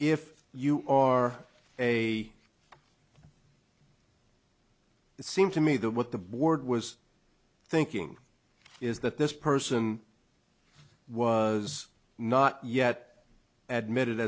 if you are a seem to me that what the board was thinking is that this person was not yet admittedly